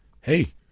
hey